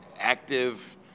active